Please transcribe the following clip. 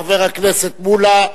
חבר הכנסת מולה,